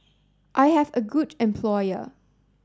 I have a good employer